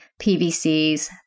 PVCs